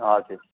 हजुर